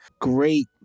great